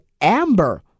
Amber